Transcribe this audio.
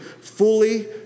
fully